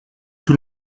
tout